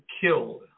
killed